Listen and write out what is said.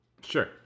Sure